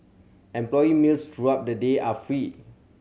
employee meals throughout the day are free